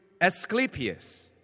Asclepius